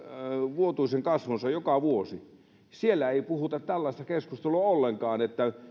vuotuisen kasvunsa joka vuosi siellä ei puhuta tällaista keskustelua ollenkaan